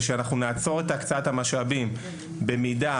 ושאכן נעצור את הקצאת המשאבים במידה